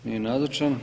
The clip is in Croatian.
Nije nazočan.